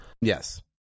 Yes